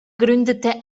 gründete